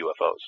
UFOs